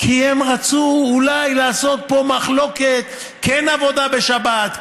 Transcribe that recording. כי הם רצו אולי לעשות פה מחלוקת: כן עבודה בשבת,